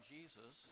Jesus